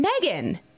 Megan